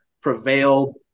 prevailed